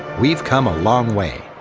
we've come a long way.